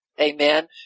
Amen